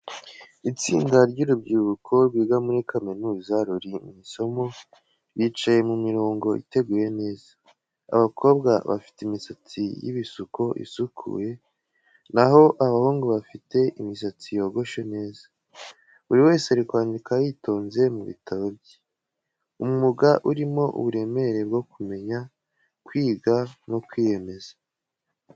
Itsinda ry’urubyiruko rwiga muri kaminuza ruri mu isomo, bicaye mu mirongo iteguye neza. Abakobwa bafite imisatsi y’ibisuko isukuye, naho abahungu bafite imisatsi yogoshe neza. Buri wese ari kwandika yitonze mu bitabo bye. Umwuga urimo uburemere bwo kumenya, kwiga no kwiyemeza.